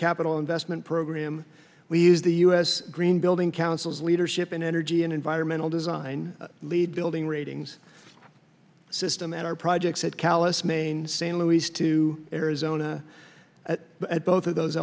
capital investment program we use the u s green building council as leadership in energy and environmental design lead building ratings system at our projects at callus maine san luis to arizona at both of those